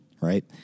right